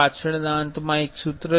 પાછળના અંતમાં એક સૂત્ર છે